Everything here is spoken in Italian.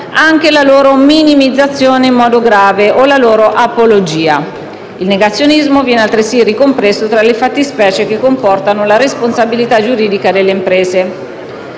anche la loro «minimizzazione in modo grave» o la loro apologia. Il negazionismo viene altresì ricompreso tra le fattispecie che comportano la responsabilità giuridica delle imprese.